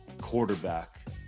quarterback